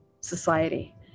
society